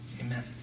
Amen